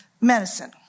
medicine